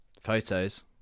Photos